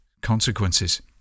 consequences